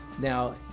Now